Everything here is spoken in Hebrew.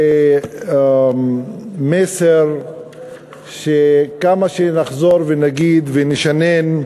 מסר שכמה שנחזור ונגיד ונשנן,